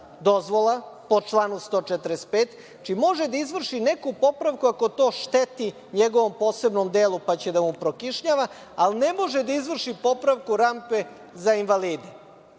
dozvola po članu 145, znači može da izvrši neku popravku ako to šteti njegovom posebnom delu, pa će da mu prokišnjava, ali ne može da izvrši popravku rampe za invalide. Šta